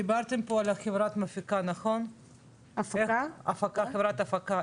וכבר חודש לפני שזה יהיה בעצם רשום,